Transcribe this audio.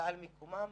על מיקומם.